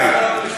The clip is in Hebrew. מה היא?